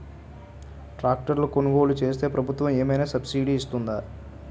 Tractor కొనుగోలు చేస్తే ప్రభుత్వం ఏమైనా సబ్సిడీ ఇస్తుందా?